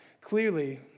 clearly